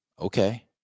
okay